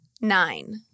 nine